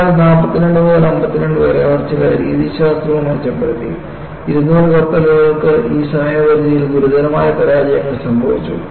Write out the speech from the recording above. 1942 മുതൽ 52 വരെ അവർ ചില രീതിശാസ്ത്രവും മെച്ചപ്പെടുത്തി 200 കപ്പലുകൾക്കു ഈ സമയപരിധിയിൽ ഗുരുതരമായ പരാജയങ്ങൾ സംഭവിച്ചു